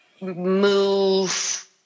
move